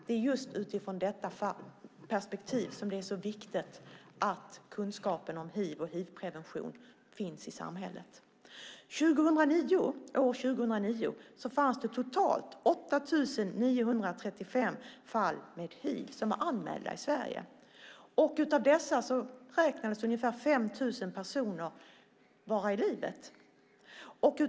Det är just utifrån detta perspektiv som det är så viktigt att kunskapen om hiv och hivprevention finns i samhället. År 2009 fanns totalt 8 935 fall av hiv som var anmälda i Sverige. Av dessa beräknas ungefär 5 000 vara i livet.